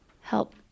help